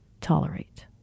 tolerate